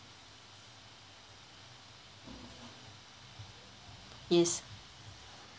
yes